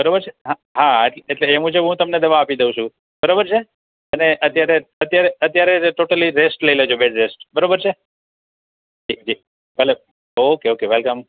બરોબર છે હા હા એટલે એ મુજબ હું તમને દવા આપી દઉં છું બરોબર છે અને અત્યારે અત્યારે અત્યારે જે ટોટલી રેસ્ટ લઈ લેજો બે દિવસ બરાબર છે જી જી ભલે ઓકે ઓકે વેલકમ